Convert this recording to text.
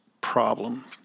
problem